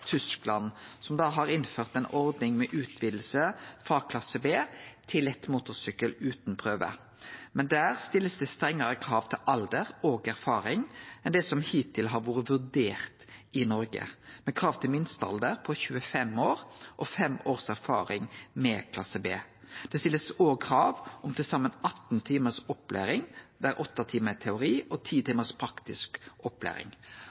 Tyskland, som har innført ei ordning med utviding frå klasse B til lett motorsykkel utan prøve. Men der blir det stilt strengare krav til alder og erfaring enn det som hittil har vore vurdert i Noreg, med krav til minstealder på 25 år og fem års erfaring med klasse B. Det blir òg stilt krav om til saman 18 timar med opplæring, der åtte timar er teori og ti timar er praktisk opplæring.